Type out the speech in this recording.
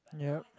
yup